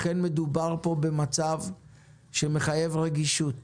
לכן מדובר פה במצב שמחייב רגישות,